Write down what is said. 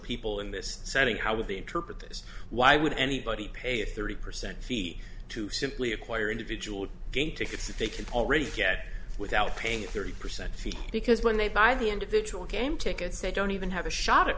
people in this setting how would be interpret this why would anybody pay a thirty percent fee to simply acquire individual game tickets that they can already get without paying a thirty percent fee because when they buy the individual game tickets they don't even have a shot at